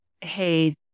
hey